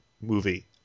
movie